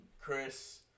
chris